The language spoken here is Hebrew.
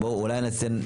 אולי נעשה,